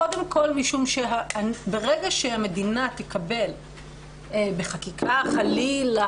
קודם כל משום שברגע שהמדינה תקבל בחקיקה חלילה,